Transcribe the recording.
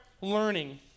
learning